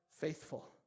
faithful